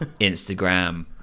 Instagram